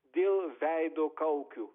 dėl veido kaukių